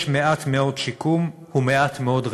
יש מעט מאוד שיקום ומעט מאוד רווחה".